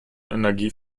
energie